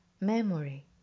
memory